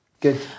good